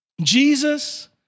Jesus